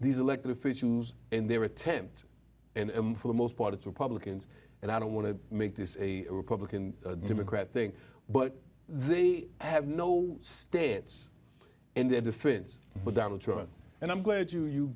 these elected officials and their attempt and for the most part it's republicans and i don't want to make this a republican or democrat thing but they have no stats in their defense but donald trump and i'm glad you